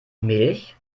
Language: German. milch